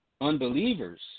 unbelievers